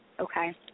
Okay